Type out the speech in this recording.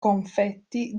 confetti